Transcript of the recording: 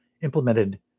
implemented